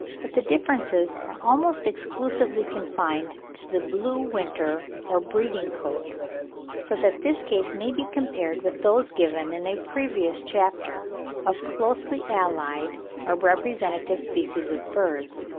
but the differences are almost exclusively confined to the blue winter or breeding-coat so that this case may be compared with those given in a previous chapter of closely-allied or representative species of birds,